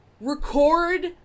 record